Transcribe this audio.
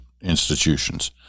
institutions